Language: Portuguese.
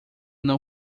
não